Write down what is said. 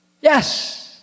Yes